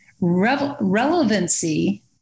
relevancy